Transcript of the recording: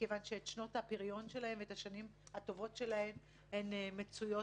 מכיוון שבשנות הפריון שלהן ובשנים הטובות שלהן הן מצויות